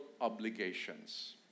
Obligations